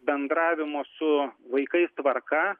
bendravimo su vaikais tvarka